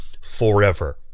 forever